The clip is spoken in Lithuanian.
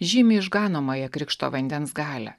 žymi išganomąją krikšto vandens galią